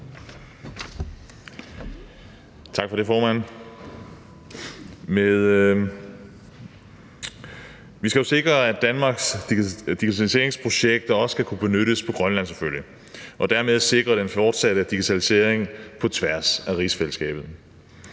Tak for det, formand. Vi skal jo sikre, at Danmarks digitaliseringsprojekter selvfølgelig også skal kunne benyttes på Grønland og dermed sikre den fortsatte digitalisering på tværs af rigsfællesskabet.